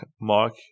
mark